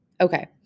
Okay